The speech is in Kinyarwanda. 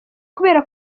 kubera